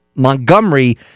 montgomery